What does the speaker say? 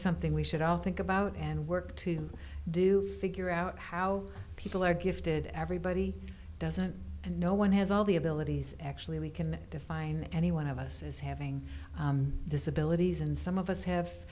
something we should all think about and work to do figure out how people are gifted everybody doesn't and no one has all the abilities actually we can define any one of us as having disabilities and some of us have